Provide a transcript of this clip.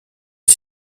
est